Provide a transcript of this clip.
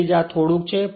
તેથી જ આ થોડુંક છે